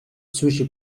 sushi